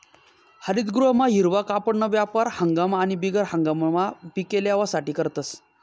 हरितगृहमा हिरवा कापडना वापर हंगाम आणि बिगर हंगाममा पिके लेवासाठे करतस